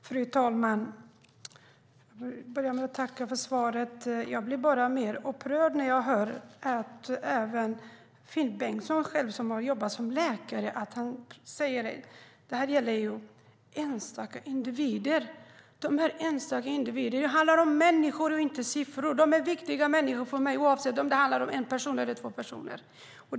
Fru talman! Jag vill börja med att tacka statsrådet för svaret. Jag blir bara mer upprörd när jag hör att även Finn Bengtsson, som själv har jobbat som läkare, säger att det här gäller enstaka individer. Det handlar om människor och inte siffror. De är viktiga människor för mig oavsett hur många det handlar om.